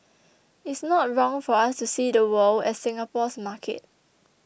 it's not wrong for us to see the world as Singapore's market